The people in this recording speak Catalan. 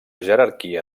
jerarquia